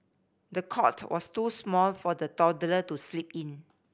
the cot was too small for the toddler to sleep in